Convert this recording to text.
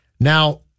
Now